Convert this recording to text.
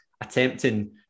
Attempting